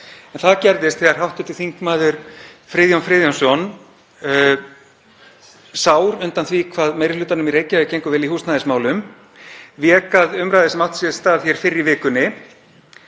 Það gerðist þegar hv. þm. Friðjón Friðjónsson, sár undan því hve meiri hlutanum í Reykjavík gengur vel í húsnæðismálum, vék að umræðu sem átti sér stað hér fyrr í vikunni